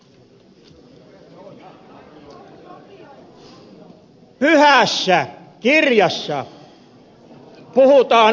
pyhässä kirjassa puhutaan armosta